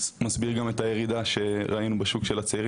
זה מסביר גם את הירידה שראינו בשוק של הצעירים,